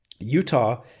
Utah